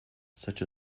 such